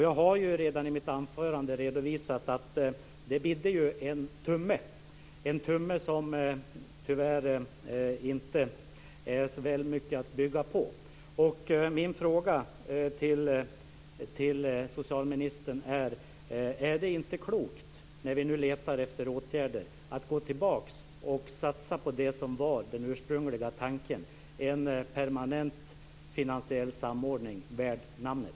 Jag har redan i mitt anförande redovisat att det bidde en tumme - en tumme som tyvärr inte är så väldigt mycket att bygga på. Min fråga till socialministern är: Är det inte klokt, när vi nu letar efter åtgärder, att gå tillbaka och satsa på det som var den ursprungliga tanken, dvs. en permanent finansiell samordning värd namnet?